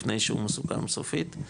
לפני שהוא מסוכם סופית,